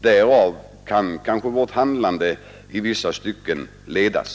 Därav kan kanske vårt handlande i vissa stycken ledas.